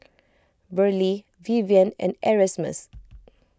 Verlie Vivien and Erasmus